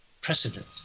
precedent